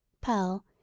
Pearl